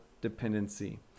dependency